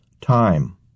time